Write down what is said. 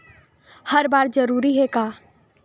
हर बार जरूरी हे का?